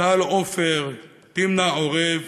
טל עופר, תמנה עורב,